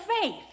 faith